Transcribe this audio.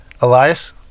Elias